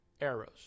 arrows